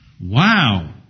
Wow